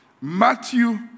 Matthew